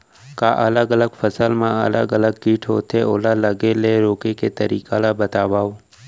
का अलग अलग फसल मा अलग अलग किट होथे, ओला लगे ले रोके के तरीका ला बतावव?